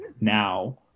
now